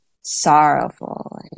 sorrowful